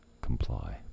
comply